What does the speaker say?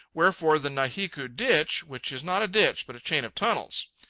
wherefore the nahiku ditch, which is not a ditch, but a chain of tunnels.